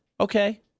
okay